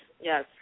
yes